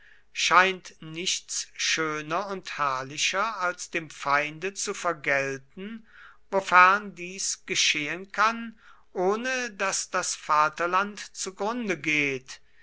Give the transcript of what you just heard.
scheint nichts schöner und herrlicher als dem feinde zu vergelten wofern dies geschehen kann ohne daß das vaterland zugrunde geht